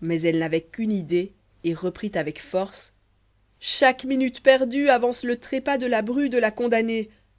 mais elle n'avait qu'une idée et reprit avec force chaque minute perdue avance le trépas de la bru de la condamnée